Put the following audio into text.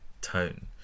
tone